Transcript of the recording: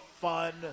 Fun